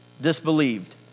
disbelieved